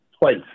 twice